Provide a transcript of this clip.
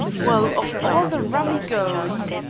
well, of all the rummy goes!